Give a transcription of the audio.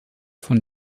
von